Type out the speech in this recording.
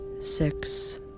Six